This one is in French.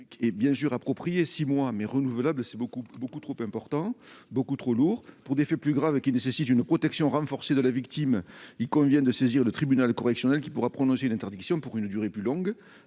d'une reconduction de ce délai de six mois paraît beaucoup trop lourd. Pour des faits plus graves qui nécessitent une protection renforcée de la victime, il convient de saisir le tribunal correctionnel qui pourra prononcer une interdiction pour une durée plus longue.